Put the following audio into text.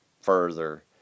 further